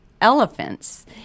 elephants